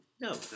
No